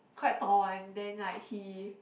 quite tall one then like he